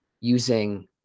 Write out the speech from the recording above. using